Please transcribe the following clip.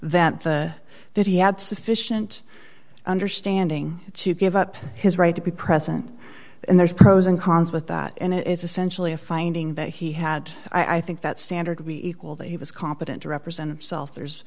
that the that he had sufficient understanding to give up his right to be present and there's pros and cons with that and it's essentially a finding that he had i think that standard we equal that he was competent to represent himself there's